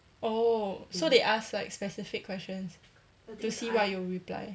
oh so they ask like specific questions to see what you reply